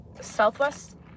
Southwest